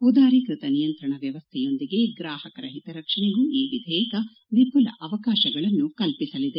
ಉದಾರೀಕೃತ ನಿಯಂತ್ರಣ ವ್ಣವಸ್ಥೆಯೊಂದಿಗೆ ಗ್ರಾಹಕರ ಹಿತರಕ್ಷಣೆಗೂ ಈ ವಿಧೇಯಕ ವಿಪುಲ ಅವಕಾಶಗಳನ್ನು ಕಲ್ಪಿಸಲಿದೆ